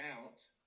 out